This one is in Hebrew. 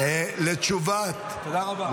תודה רבה.